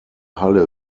halle